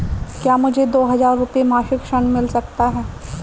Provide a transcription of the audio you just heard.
क्या मुझे दो हज़ार रुपये मासिक ऋण मिल सकता है?